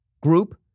group